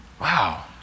Wow